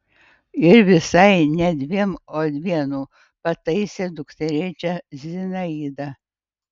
ir visai ne dviem o vienu pataisė dukterėčią zinaida